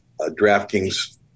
DraftKings